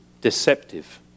deceptive